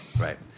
Right